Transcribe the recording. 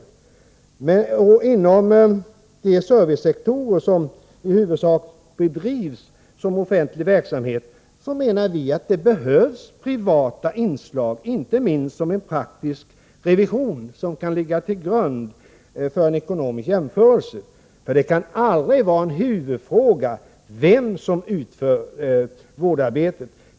Vi menar att det inom de servicesektorer som i huvudsak bedrivs som offentlig verksamhet behövs privata inslag, inte minst som en praktisk revision som kan ligga till grund för en ekonomisk jämförelse. Det kan aldrig vara en huvudfråga vem som utför vårdarbetet.